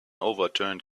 overturned